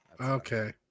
okay